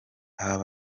abo